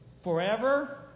forever